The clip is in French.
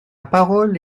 parole